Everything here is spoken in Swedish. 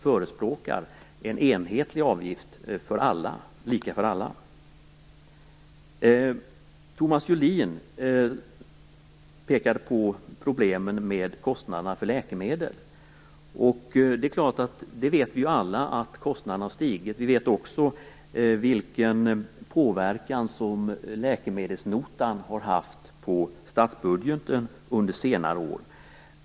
Förespråkar Stig Sandström och Thomas Julin pekade på problemen med kostnaderna för läkemedel. Vi vet ju alla att kostnaderna har stigit. Vi vet också vilken påverkan läkemedelsnotan har haft på statsbudgeten under senare år.